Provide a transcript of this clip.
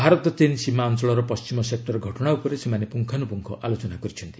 ଭାରତ ଚୀନ୍ ସୀମା ଅଞ୍ଚଳର ପଶ୍ଚିମ ସେକୁର ଘଟଣା ଉପରେ ସେମାନେ ପୁଙ୍ଗାନୁପୁଙ୍ଗ ଆଲୋଚନା କରିଛନ୍ତି